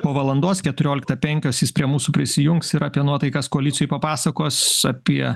po valandos keturioliktą penkios jis prie mūsų prisijungs ir apie nuotaikas koalicijoje papasakos apie